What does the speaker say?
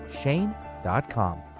Shane.com